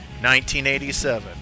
1987